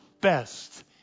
best